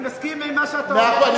אני מסכים למה שאתה אומר, היושב-ראש.